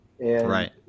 Right